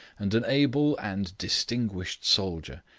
and an able and distinguished soldier,